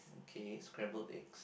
okay scrambled eggs